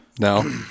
No